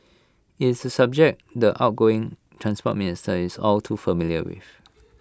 IT is A subject the outgoing Transport Minister is all too familiar with